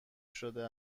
شده